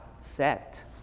set